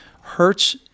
hurts